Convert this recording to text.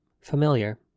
familiar